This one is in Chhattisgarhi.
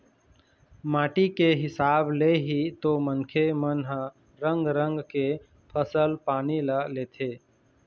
माटी के हिसाब ले ही तो मनखे मन ह रंग रंग के फसल पानी ल लेथे